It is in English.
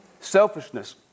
Selfishness